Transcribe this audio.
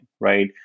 right